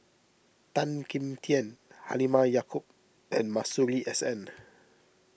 Tan Kim Tian Halimah Yacob and Masuri S N